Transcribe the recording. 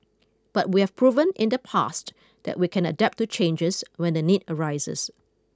but we have proven in the past that we can adapt to changes when the need arises